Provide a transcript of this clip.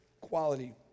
quality